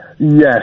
Yes